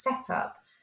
setup